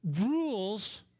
rules